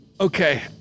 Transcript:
Okay